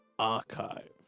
Archive